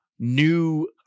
new